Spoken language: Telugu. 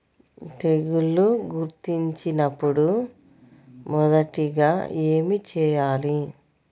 తెగుళ్లు గుర్తించినపుడు మొదటిగా ఏమి చేయాలి?